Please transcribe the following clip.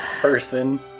person